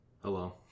Hello